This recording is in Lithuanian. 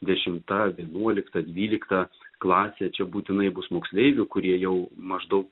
dešimta vienuolikta dvylikta klasė čia būtinai bus moksleivių kurie jau maždaug